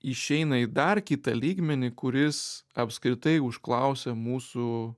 išeina į dar kitą lygmenį kuris apskritai užklausia mūsų